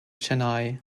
chennai